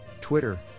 Twitter